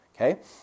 okay